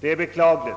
Det är beklagligt,